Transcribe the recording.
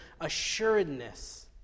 assuredness